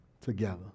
together